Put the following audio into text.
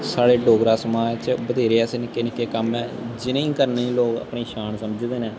साढ़े डोगरा समाज च बत्थेरे ऐसे निक्के निक्के कम्म ऐ जिनें गी करने गी लोग अपनी शान समझदे न